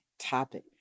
topic